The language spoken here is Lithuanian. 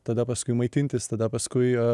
tada paskui maitintis tada paskui